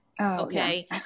okay